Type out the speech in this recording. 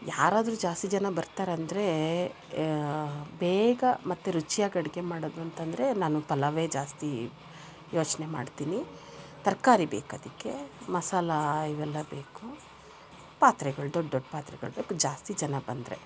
ಯಾರಾದ್ರೂ ಜಾಸ್ತಿ ಜನ ಬರ್ತಾರಂದರೆ ಬೇಗ ಮತ್ತು ರುಚಿಯಾಗಿ ಅಡುಗೆ ಮಾಡೋದು ಅಂತಂದರೆ ನಾನು ಪಲಾವೇ ಜಾಸ್ತಿ ಯೋಚನೆ ಮಾಡ್ತೀನಿ ತರಕಾರಿ ಬೇಕು ಅದಕ್ಕೆ ಮಸಾಲೆ ಇವೆಲ್ಲ ಬೇಕು ಪಾತ್ರೆಗಳು ದೊಡ್ಡ ದೊಡ್ಡ ಪಾತ್ರೆಗಳು ಬೇಕು ಜಾಸ್ತಿ ಜನ ಬಂದರೆ